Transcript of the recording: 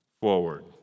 forward